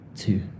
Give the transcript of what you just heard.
two